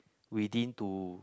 within to